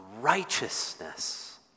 Righteousness